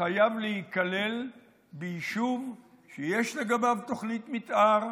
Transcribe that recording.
חייב להיכלל ביישוב שיש לגביו תוכנית מתאר,